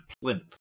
plinth